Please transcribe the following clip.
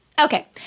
Okay